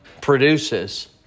produces